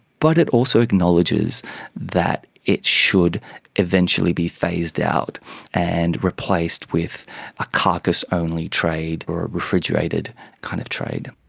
but it also acknowledges that it should eventually be phased out and replaced with a carcass-only trade or a refrigerated kind of trade.